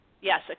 Yes